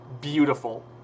beautiful